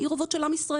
עיר אובות של עם ישראל.